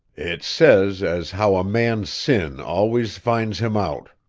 it says as how a man's sin always finds him out.